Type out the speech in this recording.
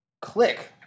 click